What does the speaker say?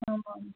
ஆமாம்